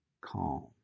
calm